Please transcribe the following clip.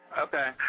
Okay